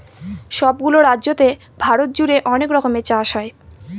সব গুলো রাজ্যতে ভারত জুড়ে অনেক রকমের চাষ হয়